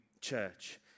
church